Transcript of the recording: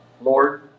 Lord